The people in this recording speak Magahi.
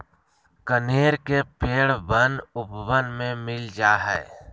कनेर के पेड़ वन उपवन में मिल जा हई